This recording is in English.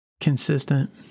consistent